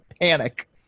panic